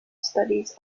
studies